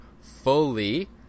fully